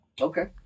Okay